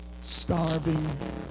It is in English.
starving